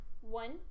One